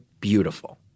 BEAUTIFUL